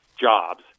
jobs